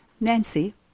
Nancy